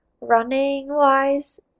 Running-wise